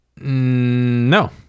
No